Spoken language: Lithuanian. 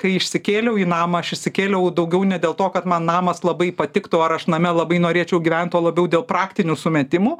kai išsikėliau į namą aš išsikėliau daugiau ne dėl to man namas labai patiktų ar aš name labai norėčiau gyvent o labiau dėl praktinių sumetimų